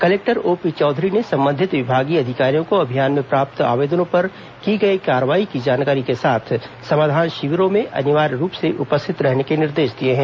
collector O P Chaudhary ने संबंधित विभागीय अधिकारियों को अभियान में प्राप्त हुए आवेदनों पर की गई कार्यवाही की जानकारी के साथ समाधान शिविरों में अनिवार्य रूप से उपस्थित रहने के निर्देश दिए हैं